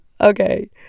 Okay